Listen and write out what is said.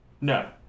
No